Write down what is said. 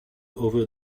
over